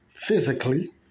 Physically